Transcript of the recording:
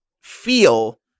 feel